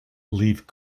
leave